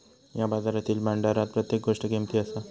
या बाजारातील भांडारात प्रत्येक गोष्ट किमती असा